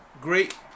great